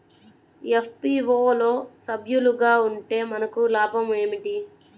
FPO లో సభ్యులుగా ఉంటే మనకు లాభం ఏమిటి?